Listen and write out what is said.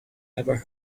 ever